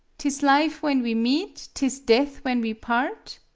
t is life when we meet, t is death when we part.